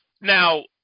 Now